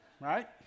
right